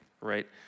right